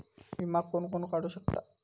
विमा कोण कोण काढू शकता?